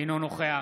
אינו נוכח